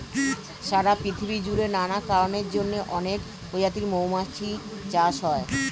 সারা পৃথিবী জুড়ে নানা কারণের জন্যে অনেক প্রজাতির মৌমাছি চাষ হয়